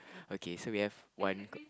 okay so we have one